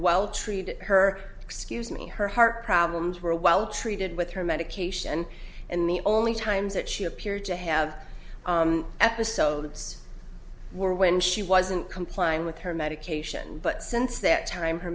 well treated her excuse me her heart problems for a while treated with her medication and the only times that she appeared to have episodes were when she wasn't complying with her medication but since that time her